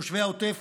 תושבי העוטף,